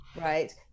right